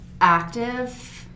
active